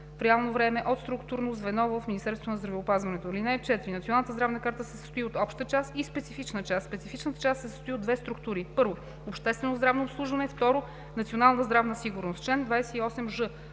време от структурно звено в Министерството на здравеопазването. (4) Националната здравна карта се състои от „Обща част“ и „Специфична част“. Специфичната част се състои от две структури: 1. „Обществено здравно обслужване“; 2. „Национална здравна сигурност“. Чл. 28ж.